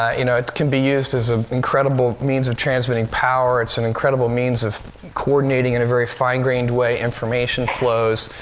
you know, it can be used as an ah incredible means of transmitting power. it's an incredible means of coordinating, in a very fine-grained way, information flows.